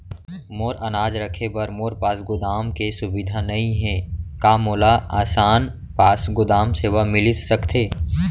मोर अनाज रखे बर मोर पास गोदाम के सुविधा नई हे का मोला आसान पास गोदाम सेवा मिलिस सकथे?